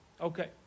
Okay